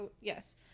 yes